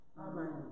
Amen